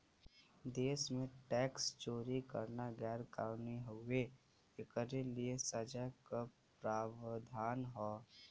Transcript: देश में टैक्स चोरी करना गैर कानूनी हउवे, एकरे लिए सजा क प्रावधान हौ